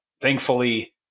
thankfully